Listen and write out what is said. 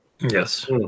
Yes